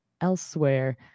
elsewhere